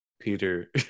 peter